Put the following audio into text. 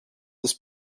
this